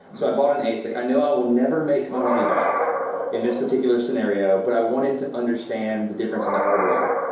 so i bought an asic. i know i will never make my money back in this particular scenario but i wanted to understand the difference in the hardware.